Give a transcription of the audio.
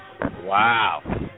Wow